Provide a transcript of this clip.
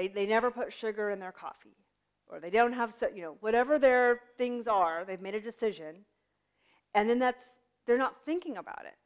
they they never put sugar in their coffee or they don't have that you know whatever their things are they've made a decision and then that's they're not thinking about it